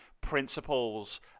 principles